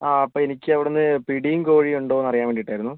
അപ്പോൾ എനിക്ക് അവിടെന്ന് മറ്റേ പിടീം കോഴീം ഉണ്ടോയെന്ന് അറിയാൻ വേണ്ടീട്ടായിരുന്നു